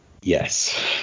Yes